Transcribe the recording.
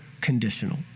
conditional